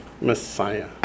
Messiah